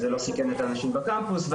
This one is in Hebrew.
וזה לא סיכן את האנשים בקמפוס.